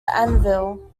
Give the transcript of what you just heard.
anvil